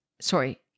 sorry